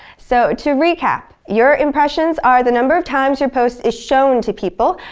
so, to recap your impressions are the number of times your post is shown to people,